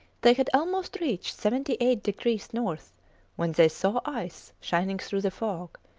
they had almost reached seventy eight degrees north when they saw ice shining through the fog,